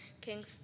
King